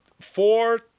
four